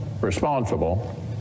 responsible